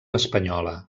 espanyola